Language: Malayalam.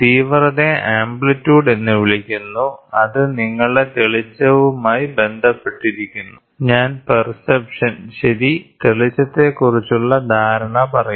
തീവ്രതയെ ആംപ്ലിറ്റ്യൂഡ് എന്ന് വിളിക്കുന്നു അത് നിങ്ങളുടെ തെളിച്ചവുമായി ബന്ധപ്പെട്ടിരിക്കുന്നു ഞാൻ പെർസെപ്ഷൻ ശരി തെളിച്ചത്തെക്കുറിച്ചുള്ള ധാരണ പറയും